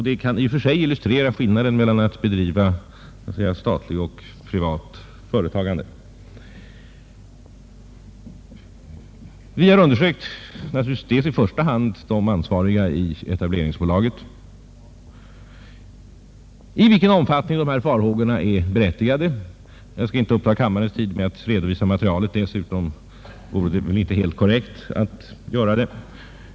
Det kan i och för sig illustrera skillnaden mellan att bedriva statlig och privat företagande. I första hand de ansvariga i etableringsbolaget har undersökt i vilken omfattning dessa farhågor är berättigade. Jag skall inte uppta kammarens tid med att redovisa materialet — dessutom vore det väl inte helt korrekt att göra det.